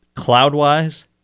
Cloud-wise